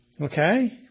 Okay